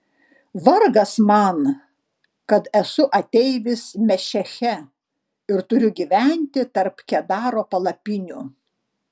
vargas man kad esu ateivis mešeche ir turiu gyventi tarp kedaro palapinių